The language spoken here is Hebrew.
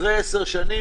אחרי עשר שנים,